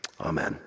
Amen